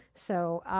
so